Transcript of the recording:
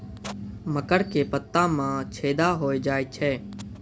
मकर के पत्ता मां छेदा हो जाए छै?